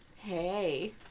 Hey